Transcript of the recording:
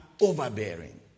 overbearing